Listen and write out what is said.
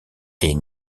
est